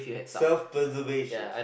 self preservation